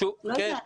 לא יודעת.